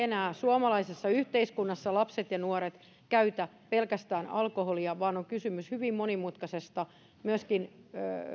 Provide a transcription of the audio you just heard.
suomalaisessa yhteiskunnassa lapset ja nuoret eivät enää käytä pelkästään alkoholia vaan on kysymys hyvin monimutkaisesta asiasta myöskin